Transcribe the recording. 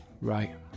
Right